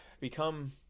become